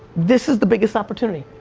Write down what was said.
this is the biggest opportunity.